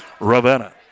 Ravenna